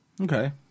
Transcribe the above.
Okay